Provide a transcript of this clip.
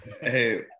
Hey